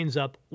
up